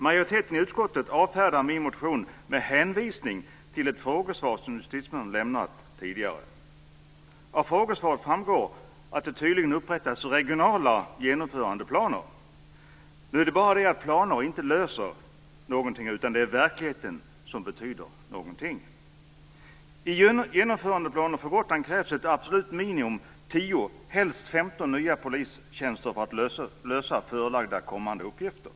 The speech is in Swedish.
Majoriteten i utskottet avfärdar min motion med hänvisning till ett frågesvar som justitieministern lämnat tidigare. Av svaret framgår att regionala genomförandeplaner tydligen har upprättats. Det är bara det att planer inte löser problemen, utan det är verkligheten som betyder någonting. I genomförandeplanen för Gotland krävs som ett absolut minimum 10 nya polistjänster, helst 15, för att man ska kunna lösa förelagda tillkommande uppgifter.